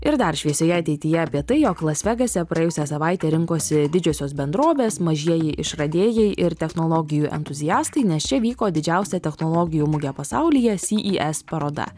ir dar šviesioje ateityje apie tai jog las vegase praėjusią savaitę rinkosi didžiosios bendrovės mažieji išradėjai ir technologijų entuziastai nes čia vyko didžiausia technologijų mugė pasaulyje sy y es paroda